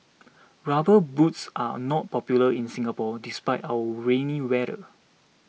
rubber boots are not popular in Singapore despite our rainy weather